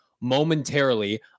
momentarily